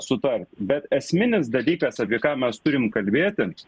sutart bet esminis dalykas apie ką mes turim kalbėti